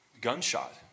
gunshot